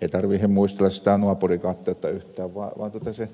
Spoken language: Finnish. ei tarvitse muistella sitä naapurikateutta yhtään vaan hän